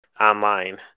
online